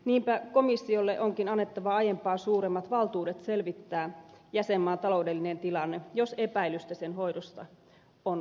niinpä komissiolle onkin annettava aiempaa suuremmat valtuudet selvittää jäsenmaan taloudellinen tilanne jos epäilystä sen hoidosta on olemassa